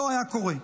זה לא היה קורה.